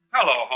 Hello